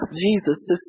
Jesus